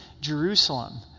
Jerusalem